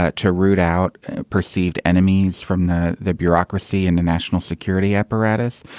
ah to root out perceived enemies from the the bureaucracy and the national security apparatus.